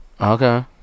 Okay